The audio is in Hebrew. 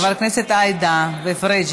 חברי הכנסת עאידה ופריג',